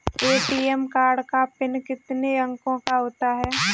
ATM card का PIN कितने अंकों का होता है?